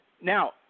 Now